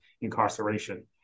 incarceration